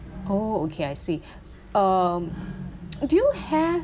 oh okay I see um do you have